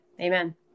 Amen